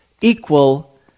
equal